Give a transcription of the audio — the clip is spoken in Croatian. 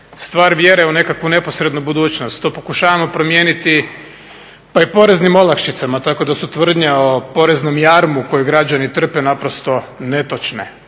stvar vjere u nekakvu neposrednu budućnost. Tu pokušavamo promijeniti pa i poreznim olakšicama tako da su tvrdnje o poreznom jarmu koji građani trpe naprosto netočne.